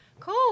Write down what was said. Cool